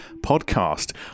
podcast